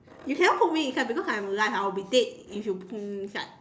you cannot put me inside because I'll will like I'll be dead if you put me inside